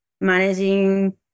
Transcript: managing